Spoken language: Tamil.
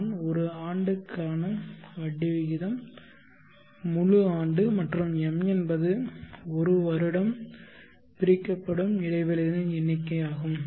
நான் 1 ஆண்டுக்கான வட்டி விகிதம் முழு ஆண்டு மற்றும் m என்பது 1 வருடம் பிரிக்கப்படும் இடைவெளிகளின் எண்ணிக்கை ஆகும்